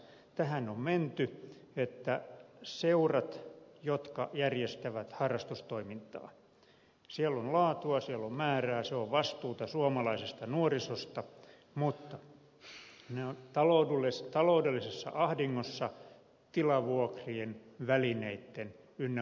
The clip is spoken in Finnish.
tähän on menty että seurat jotka järjestävät harrastustoimintaa siellä on laatua siellä on määrää se on vastuuta suomalaisesta nuorisosta ovat taloudellisissa ahdingossa tilavuokrien välineitten matkakustannusten ynnä muuta